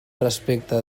respecte